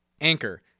Anchor